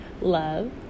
Love